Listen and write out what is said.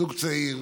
זוג צעיר,